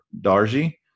Darji